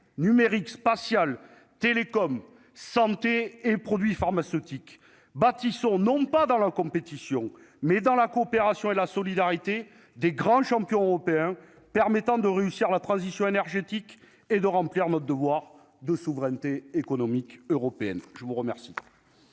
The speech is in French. numérique spatiale Télécom santé et produits pharmaceutiques bâtissons non pas dans la compétition, mais dans la coopération et la solidarité des grands champions européens permettant de réussir la transition énergétique et de remplir notre devoir de souveraineté économique européenne, je vous remercie.